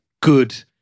good